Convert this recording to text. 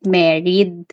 married